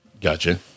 Gotcha